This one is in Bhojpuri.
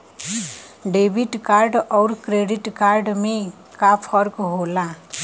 डेबिट कार्ड अउर क्रेडिट कार्ड में का फर्क होला?